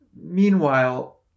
Meanwhile